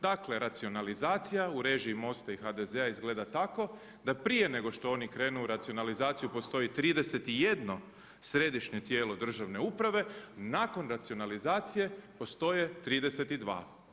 Dakle, racionalizacija u režiji Most-a i HDZ-a izgleda tako da prije nego što oni krenu u racionalizaciju postoji 31 središnje tijelo državne uprave, nakon racionalizacije postoje 32.